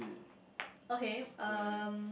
okay um